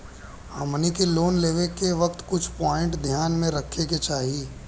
हमनी के लोन लेवे के वक्त कुछ प्वाइंट ध्यान में रखे के चाही